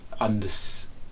understand